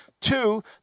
Two